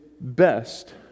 best